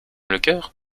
lecœur